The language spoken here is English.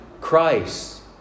Christ